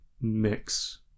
mix